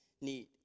need